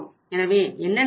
எனவே என்ன நடக்கும்